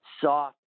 soft